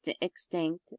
extinct